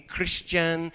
Christian